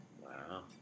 Wow